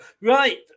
Right